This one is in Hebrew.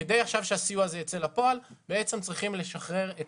וכדי שהסיוע הזה יצא לפועל צריכים לשחרר את